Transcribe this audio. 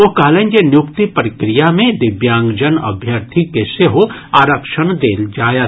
ओ कहलनि जे नियुक्ति प्रक्रिया मे दिव्यांगजन अभ्यर्थी के सेहो आरक्षण देल जायत